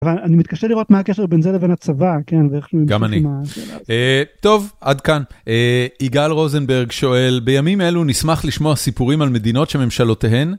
אבל אני מתקשה לראות מה הקשר בין זה לבין הצבא, כן, ואיך שהוא... -גם אני. טוב, עד כאן. יגאל רוזנברג שואל, בימים אלו נשמח לשמוע סיפורים על מדינות שממשלותיהן